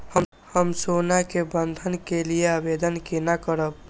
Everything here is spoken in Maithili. हम सोना के बंधन के लियै आवेदन केना करब?